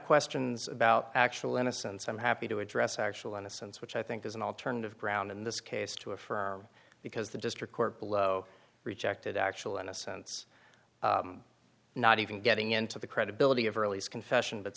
questions about actual innocence i'm happy to address actual innocence which i think is an alternative ground in this case to affirm because the district court below rejected actual innocence not even getting into the credibility of hurley's confession but